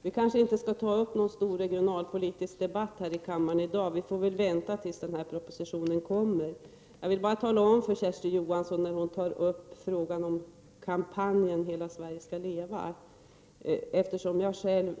Fru talman! Vi kanske inte skall ta upp någon stor regionalpolitisk debatt här i kammaren i dag. Vi får väl vänta tills propositionen kommer. Jag vill bara tala om för Kersti Johansson, eftersom hon nämnde kampanjen ”Hela Sverige skall leva”, att jag själv